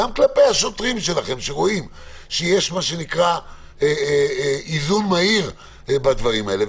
גם כלפי השוטרים שלכם שרואים שיש מה שנקרא איזון מהיר בדברים האלה,